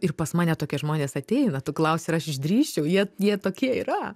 ir pas mane tokie žmonės ateina tu klausi ar aš išdrįsčiau jie jie tokie yra